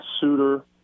suitor